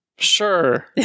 Sure